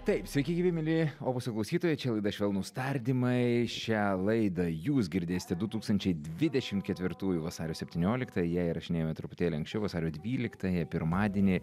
taip sveiki gyvi mieli opuso klausytojai čia laida švelnūs tardymai šią laidą jūs girdėsite du tūkstančiai dvidešim ketvirtųjų vasario septynioliktąją ją įrašinėjame truputėlį anksčiau vasario dvyliktąją pirmadienį